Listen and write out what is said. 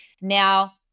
Now